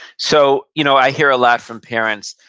so you know i hear a lot from parents,